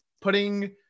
putting